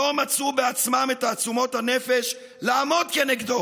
לא מצאו בעצמם את תעצומות הנפש לעמוד כנגדו,